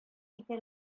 китәләр